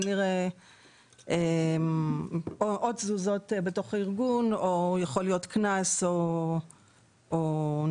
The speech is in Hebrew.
כנראה או תזוזות בתוך הארגון או יכול להיות קנס או נזיפה.